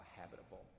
habitable